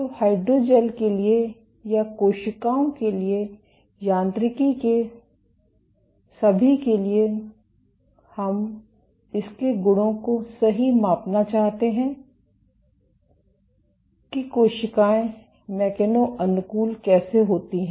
तो हाइड्रोजैल के लिए या कोशिकाओं के लिए यांत्रिकी के सभी के लिए हम इसके गुणों को सही मापना चाहते हैं कि कोशिकाएं मैकेनो अनुकूलन कैसे होती हैं